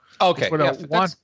Okay